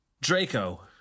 Draco